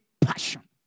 passion